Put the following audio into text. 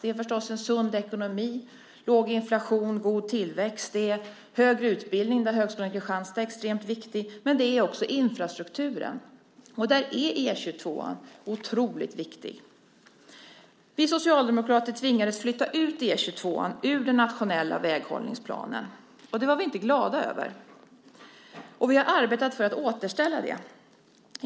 Det är förstås en sund ekonomi, låg inflation, god tillväxt. Det är högre utbildning - Högskolan i Kristianstad är extremt viktig. Men det är också infrastrukturen, och där är E 22:an otroligt viktig. Vi socialdemokrater tvingades flytta ut E 22:an ur den nationella väghållningsplanen. Det var vi inte glada över, och vi har arbetat för att återställa det.